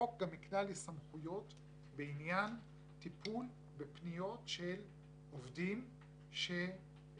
החוק גם הקנה לי סמכויות בעניין טיפול בפניות של עובדים שחשפו